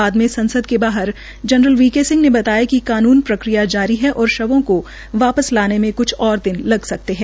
बाद में संसद के बाहर जनरल वी के सिंह ने बताया कि कानून प्रक्रिया जारी है और शवों को वापिस लाने में कुछ और दिन लग सकते है